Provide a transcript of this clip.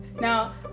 Now